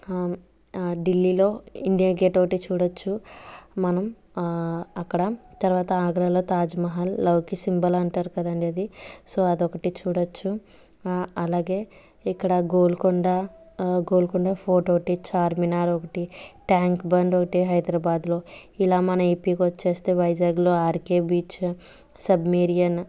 ఢిల్లీలో India Gate ఒకటి చూడొచ్చు మనం అక్కడ తర్వాత ఆగ్రాలో తాజ్ మహల్ లవ్కి సింబల్ అంటారు కదండీ అది సో అదొకటి చూడొచ్చు అలాగే ఇక్కడ గోల్కొండ గోల్కొండ ఫోర్ట్ ఒకటి చార్మినార్ ఒకటి ట్యాంక్ బండ్ ఒకటి హైదరాబాద్లో ఇలా మన ఏపీకి వచ్చేస్తే వైజాగ్లో ఆర్కే బీచ్ సబ్మేరియన్